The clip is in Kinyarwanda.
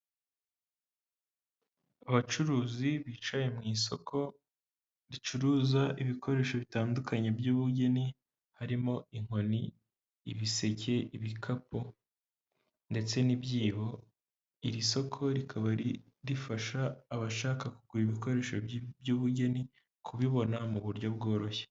Abacuruzi bicaye mu isoko ricuruza ibikoresho bitandukanye by'ubugeni, harimo inkoni, ibiseke, ibikapu ndetse n'ibyibo. Iri soko rikaba rifasha abashaka kugura ibikoresho by'ubugeni kubibona mu buryo bworoshye.